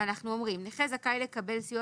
ואנחנו אומרים: נכה זכאי לקבל סיוע